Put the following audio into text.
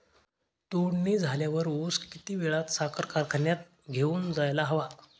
तोडणी झाल्यावर ऊस किती वेळात साखर कारखान्यात घेऊन जायला हवा?